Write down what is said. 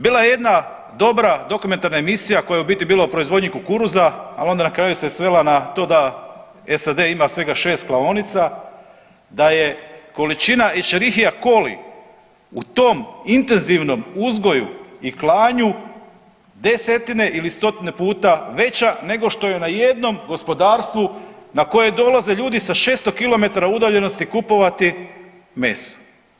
Bila je jedna dokumentarna emisija koja je biti bila o proizvodnji kukuruza, ali onda se na kraju se svela na to da SAD ima svega 6 klaonica, da je količina escherichia coli u tom intenzivnom uzgoju i klanju desetine ili stotine puta veća nego što je na jednom gospodarstvu na koje dolaze ljudi sa 600 kilometra udaljenosti kupovati meso.